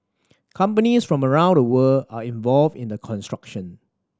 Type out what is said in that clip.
companies from around the world are involved in the construction